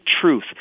truth